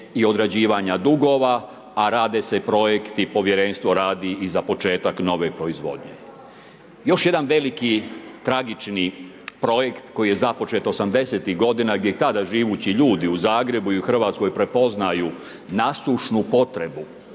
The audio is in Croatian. i odrađivanja dugova a rade se projekti, povjerenstvo radi i za početak nove proizvodnje. Još jedan veliki, tragični projekt koji je započet 80.-tih godina gdje tada živući ljudi u Zagrebu i u Hrvatskoj prepoznaju nasušnu potrebu